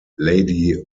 lady